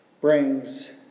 brings